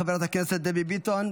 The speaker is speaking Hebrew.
חברת הכנסת דבי ביטון,